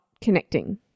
connecting